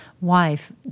wife